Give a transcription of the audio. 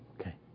Okay